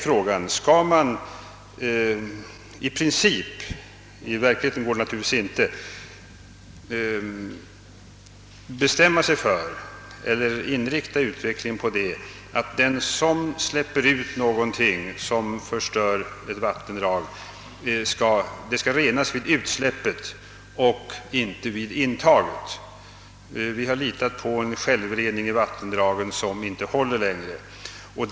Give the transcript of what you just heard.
Frågan gäller då: Skall man i princip inrikta utvecklingen på att den, som släpper ut någonting som förstör ett vattendrag, skall vidta åtgärder så att rening sker vid utsläppet och inte vid intaget då vattnet skall användas på nytt. Vi har litat på en självrening av vattendragen som inte längre håller.